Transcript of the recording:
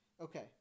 Okay